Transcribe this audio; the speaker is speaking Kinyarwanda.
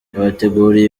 yabateguriye